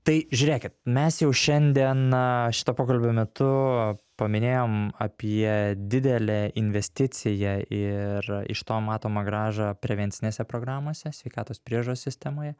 tai žiūrėkit mes jau šiandien a šito pokalbio metu paminėjom apie didelę investiciją ir iš to matomą grąžą prevencinėse programose sveikatos priežiūros sistemoje